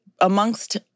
Amongst